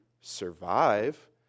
survive